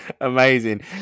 Amazing